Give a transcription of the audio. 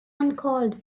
uncalled